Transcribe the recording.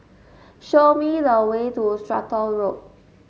show me the way to Stratton Road